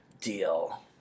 deal